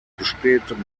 besteht